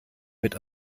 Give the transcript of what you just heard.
mit